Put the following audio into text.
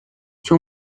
two